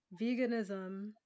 veganism